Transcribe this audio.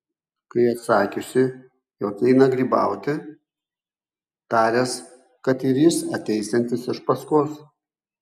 kai atsakiusi jog eina grybauti taręs kad ir jis ateisiantis iš paskos